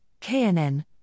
KNN